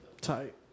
Tight